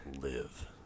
live